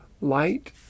Light